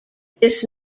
this